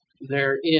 therein